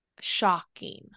shocking